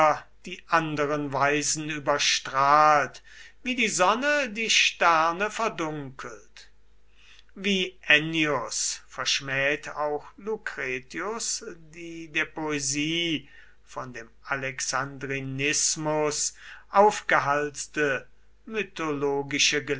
die anderen weisen überstrahlt wie die sonne die sterne verdunkelt wie ennius verschmäht auch lucretius die der poesie von dem alexandrinismus aufgelastete mythologische